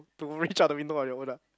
to reach out the window on your own lah